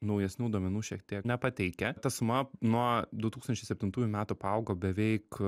naujesnių duomenų šiek tie nepateikia ta suma nuo du tūkstančiai septintųjų metų paaugo beveik